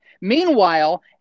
Meanwhile